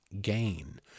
gain